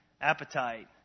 appetite